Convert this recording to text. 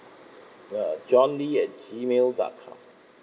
ya john lee at G mail dot com